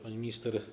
Pani Minister!